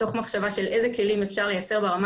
תוך מחשבה של איזה כלים אפשר לייצר ברמה